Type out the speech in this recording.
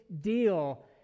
deal